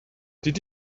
did